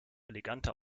eleganter